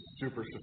super